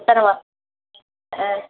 ஆ